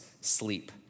sleep